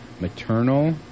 maternal